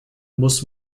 muss